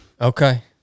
Okay